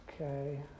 Okay